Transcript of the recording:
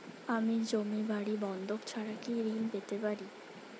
আমি জমি বাড়ি বন্ধক ছাড়া কি ঋণ পেতে পারি?